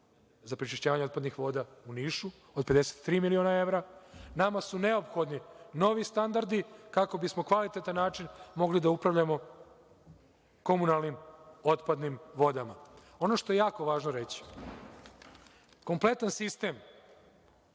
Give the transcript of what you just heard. za prečišćavanje otpadnih voda u Nišu od 53 miliona evra. Nama su neophodni novi standardi kako bismo na kvalitetan način mogli da upravljamo komunalnim otpadnim vodama. Ono što je jako važno reći, kompletan sistem